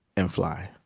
and fly.